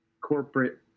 corporate